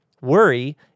Worry